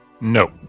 No